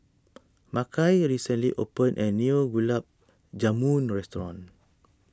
Makai recently opened a new Gulab Jamun restaurant